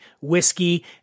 whiskey